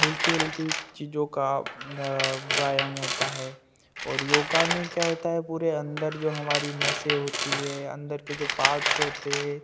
हल्की हल्की चीजों का व्यायाम होता है और योग में क्या होता है पूरे अंदर जो हमारी नसें होती हैं अंदर के जो पार्ट्स होते हैं